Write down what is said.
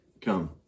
come